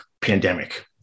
pandemic